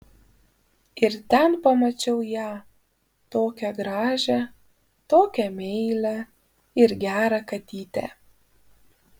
ir ten pamačiau ją tokią gražią tokią meilią ir gerą katytę